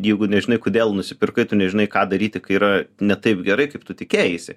jeigu nežinai kodėl nusipirkai tu nežinai ką daryti kai yra ne taip gerai kaip tu tikėjaisi